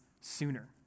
sooner